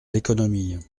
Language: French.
l’économie